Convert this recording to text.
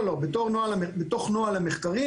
בתוך נוהל מחקרים,